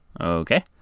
Okay